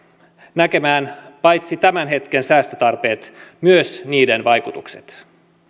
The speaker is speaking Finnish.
näkemään paitsi tämän hetken säästötarpeet myös niiden vaikutukset